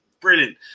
brilliant